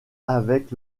avec